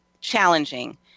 challenging